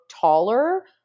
taller